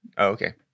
okay